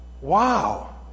Wow